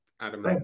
Adam